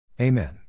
Amen